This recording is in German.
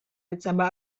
dezember